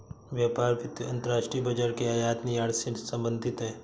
व्यापार वित्त अंतर्राष्ट्रीय बाजार के आयात निर्यात से संबधित है